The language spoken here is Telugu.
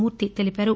మూర్తి తెలిపారు